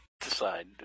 decide